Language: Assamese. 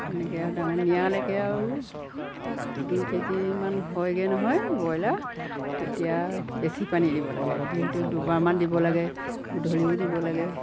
তেনেকৈ আৰু ডাঙৰ নিয়ালৈকে আৰু দুই কেজিমান হয়গৈ নহয় ব্ৰইলাৰ তেতিয়া বেছি পানী দিব লাগে দিনটো দুবাৰমান দিব লাগে গধূলিও দিব লাগে